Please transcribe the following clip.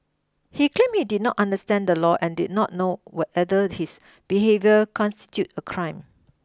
he claimed he did not understand the law and did not know whether his behaviour constituted a crime